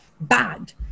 bad